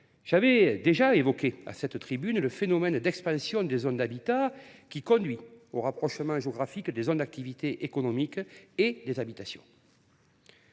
J’avais déjà évoqué, à cette tribune, le phénomène d’expansion des zones d’habitat, qui conduit au rapprochement géographique des zones d’activité économique et des habitations.